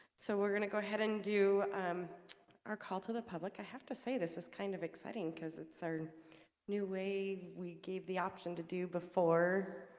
so we're gonna go ahead and do um our call to the public i have to say this is kind of exciting because it's our new way we gave the option to do before